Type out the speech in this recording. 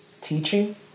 teaching